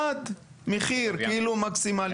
עד מחיר כאילו מקסימלי.